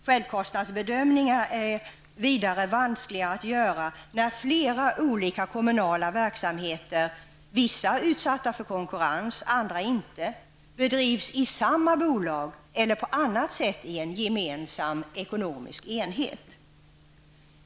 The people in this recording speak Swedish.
Självkostnadsbedömningar är vidare vanskliga att göra när flera olika kommunala verksamheter -- vissa utsatta för konkurrens, andra inte -- bedrivs i samma bolag eller på annat sätt i en gemensam ekonomisk enhet.